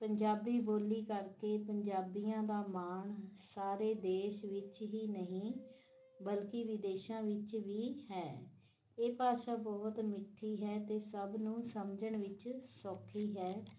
ਪੰਜਾਬੀ ਬੋਲੀ ਕਰਕੇ ਪੰਜਾਬੀਆਂ ਦਾ ਮਾਣ ਸਾਰੇ ਦੇਸ਼ ਵਿੱਚ ਹੀ ਨਹੀਂ ਬਲਕਿ ਵਿਦੇਸ਼ਾਂ ਵਿੱਚ ਵੀ ਹੈ ਇਹ ਭਾਸ਼ਾ ਬਹੁਤ ਮਿੱਠੀ ਹੈ ਅਤੇ ਸਭ ਨੂੰ ਸਮਝਣ ਵਿੱਚ ਸੌਖੀ ਹੈ